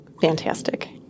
Fantastic